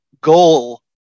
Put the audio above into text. goal